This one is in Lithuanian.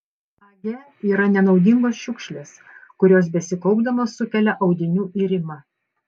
age yra nenaudingos šiukšlės kurios besikaupdamos sukelia audinių irimą